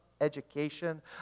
education